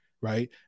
right